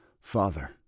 Father